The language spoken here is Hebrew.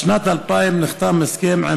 בשנת 2000 נחתם הסכם של